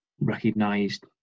recognised